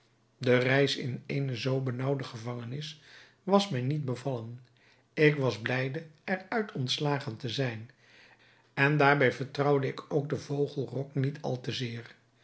de reis in eene zoo benaauwde gevangenis was mij niet bevallen ik was blijde er uit ontslagen te zijn en daarbij vertrouwde ik ook den vogel rok niet al te zeer